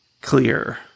clear